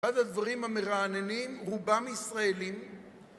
אחד הדברים המרעננים, רובם ישראלים,